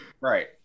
right